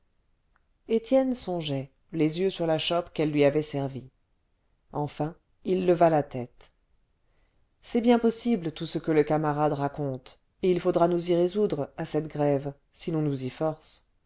étienne songeait les yeux sur la chope qu'elle lui avait servie enfin il leva la tête c'est bien possible tout ce que le camarade raconte et il faudra nous y résoudre à cette grève si l'on nous y force